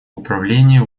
управление